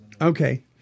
Okay